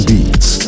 Beats